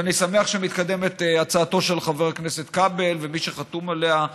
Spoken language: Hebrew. אז אני שמח שמתקדמת הצעתו של חבר הכנסת כבל ומי שחתומים עליה,